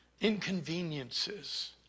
Inconveniences